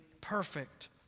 perfect